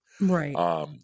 right